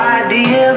idea